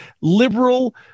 liberal